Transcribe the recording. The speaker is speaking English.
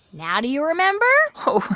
now do you remember? oh.